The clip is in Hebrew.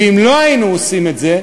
ואם לא היינו עושים את זה,